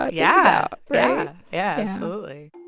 ah yeah. yeah yeah yeah. absolutely